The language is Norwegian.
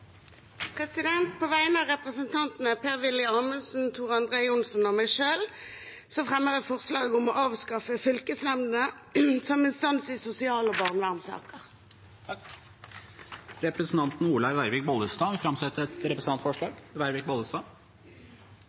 På vegne av representantene Per-Willy Amundsen, Tor André Johnsen og meg selv fremmer jeg et forslag om å avskaffe fylkesnemndene som instans i sosial- og barnevernssaker. Representanten Olaug Vervik Bollestad vil framsette et representantforslag.